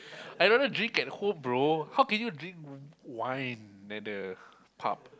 I rather drink at home bro how can you drink w~ wine at the pub